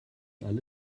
alle